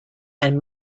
and